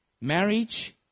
marriage